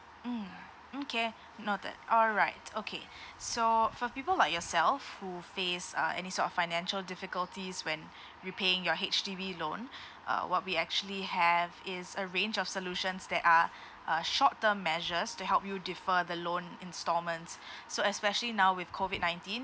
mm okay noted alright okay so for people like yourself who face uh any sort of financial difficulties when repaying your H_D_B loan uh what we actually have is a range of solutions that are uh short term measures to help you defer the loan instalments so especially now with COVID nineteen